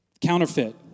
counterfeit